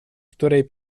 której